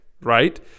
right